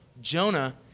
Jonah